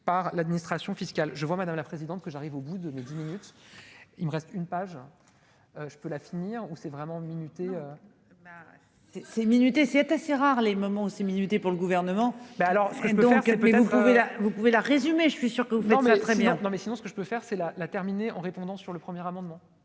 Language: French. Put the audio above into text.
par l'administration fiscale, je vois, madame la présidente, que j'arrive au bout de dix minutes il me reste une page, je peux la finir où c'est vraiment minuté. C'est ces minutes et c'est assez rare, les moments où nuitées pour le gouvernement, ben alors ce que donc quel pays vous pouvez vous pouvez la résumé, je suis sûr que Vladimir très bien non mais sinon ce que je peux faire, c'est la la terminer en répondant sur le premier amendement